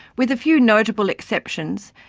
with a few notable exceptions,